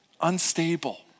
Unstable